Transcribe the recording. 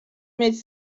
mieć